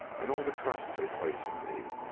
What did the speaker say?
and all the trust they place in me,